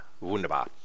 wunderbar